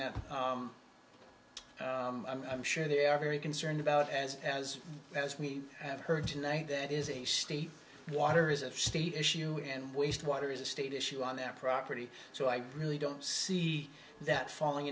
that i'm sure they are very concerned about as as as we have heard tonight that is a state water is a state issue and wastewater is a state issue on that property so i really don't see that falling